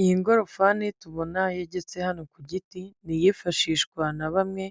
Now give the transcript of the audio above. Iyi ngorofani tubona yagetse hano ku giti, ni iyifashishwa na bamwe